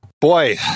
Boy